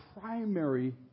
primary